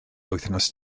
wythnos